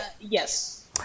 Yes